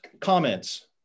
comments